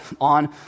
on